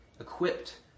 equipped